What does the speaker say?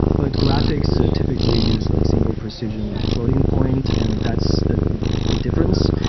but graphics typically use like single precision floating-point, and that's the difference.